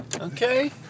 Okay